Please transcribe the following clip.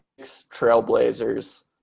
Trailblazers